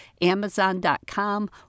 Amazon.com